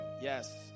Yes